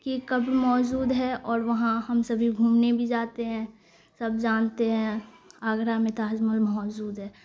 کہ کبھی موجود ہے اور وہاں ہم سبھی گھومنے بھی جاتے ہیں سب جانتے ہیں آگرہ میں تاج محل موجود ہے